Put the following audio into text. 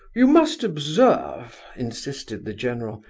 you must observe, insisted the general,